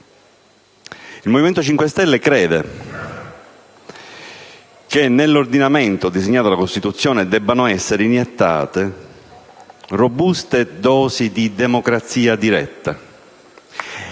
Il Movimento 5 Stelle crede che nell'ordinamento disegnato dalla Costituzione debbano essere iniettate robuste dosi di democrazia diretta